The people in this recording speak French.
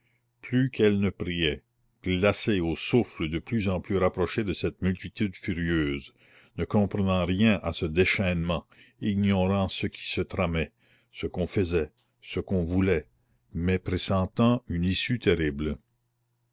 plus qu'elle ne priait glacée au souffle de plus en plus rapproché de cette multitude furieuse ne comprenant rien à ce déchaînement ignorant ce qui se tramait ce qu'on faisait ce qu'on voulait mais pressentant une issue terrible